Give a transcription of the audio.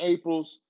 April's